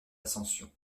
ascension